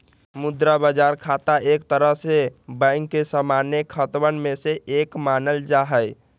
मुद्रा बाजार खाता एक तरह से बैंक के सामान्य खतवन में से एक मानल जाहई